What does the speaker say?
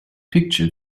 picture